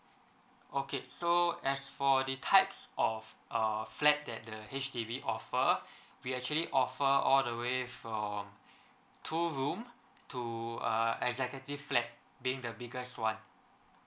okay so as for the types of uh flat that the H_D_B offer we actually offer all the way from two room to uh executive flat being the biggest one